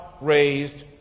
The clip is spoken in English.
raised